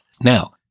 Now